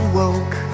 woke